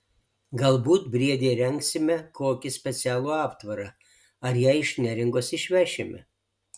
galbūt briedei įrengsime kokį specialų aptvarą ar ją iš neringos išvešime